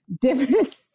different